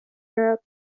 europe